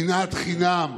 שנאת חינם.